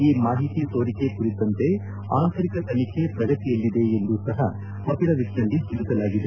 ಈ ಮಾಹಿತಿ ಸೋರಿಕೆ ಕುರಿತಂತೆ ಆಂತರಿಕ ತನಿಖೆ ಪ್ರಗತಿಯಲ್ಲಿದೆ ಎಂದು ಸಪ ಅಫಿಡವಿಟ್ನಲ್ಲಿ ತಿಳಿಸಲಾಗಿದೆ